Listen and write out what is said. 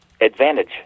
advantage